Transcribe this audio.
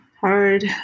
hard